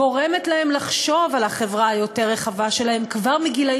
גורמת להם לחשוב על החברה היותר רחבה שלהם כבר מגילים